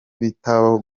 bitabaho